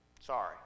Sorry